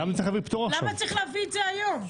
למה להביא את זה היום?